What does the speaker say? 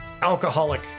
alcoholic